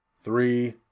three